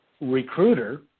recruiter